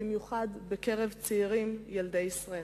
במיוחד בקרב צעירים ילדי ישראל.